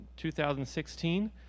2016